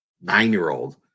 nine-year-old